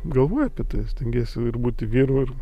galvoji apie tai stengiesi būti vyru ir